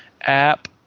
app